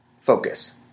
Focus